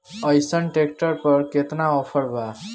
अइसन ट्रैक्टर पर केतना ऑफर बा?